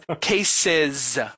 cases